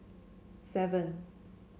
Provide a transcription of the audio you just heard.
seven